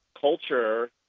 culture